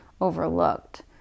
overlooked